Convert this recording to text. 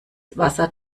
wasser